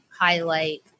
highlight